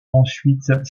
ensuite